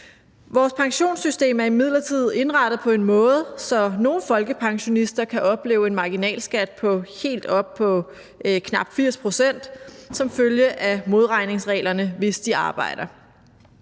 Vores pensionssystem er imidlertid indrettet på en måde, så nogle folkepensionister kan opleve en marginalskat på helt op til 80 pct. som følge af modregningsreglerne, hvis de arbejder.